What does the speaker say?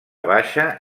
baixa